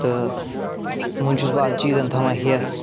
تہٕ وۄنۍ چھُس بہٕ آز چیٖزَن تھاوان ہیٚس